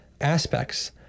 aspects